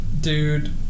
Dude